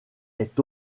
est